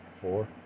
Four